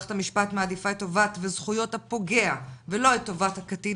מערכת המשפט את טובת וזכויות הפוגע ולא את טובת הקטין